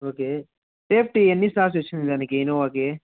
okay safety ఎన్ని stars ఇచ్చింది దానికి ఇన్నోవాకి